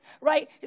right